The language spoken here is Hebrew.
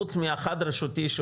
חוץ מהחד-רשותי, שהוא